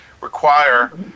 require